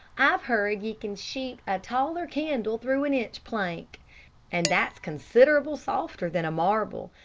i've heard ye can shoot a taller candle through an inch plank and that's consid'able softer than a marble.